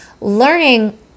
learning